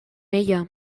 ella